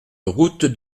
route